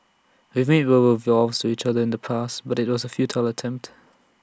we made verbal vows to each other in the past but IT was A futile attempt